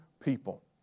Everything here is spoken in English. people